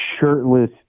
shirtless